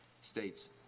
states